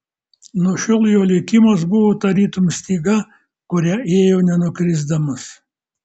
nuo šiol jo likimas buvo tarytum styga kuria ėjo nenukrisdamas